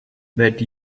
that